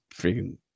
freaking